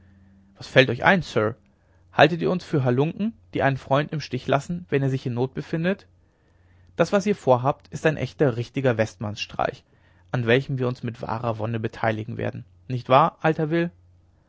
was fällt euch ein sir haltet ihr uns für halunken die einen freund im stich lassen wenn er sich in not befindet das was ihr vorhabt ist ein echter richtiger westmannsstreich an welchem wir uns mit wahrer wonne beteiligen werden nicht wahr alter will